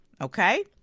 okay